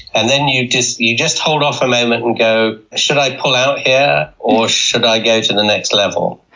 and then you just you just hold off a moment and go, should i pull out here or should i go to the next level?